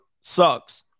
sucks